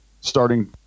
starting